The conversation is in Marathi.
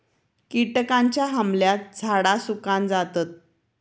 किटकांच्या हमल्यात झाडा सुकान जातत